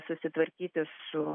susitvarkyti su